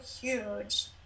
huge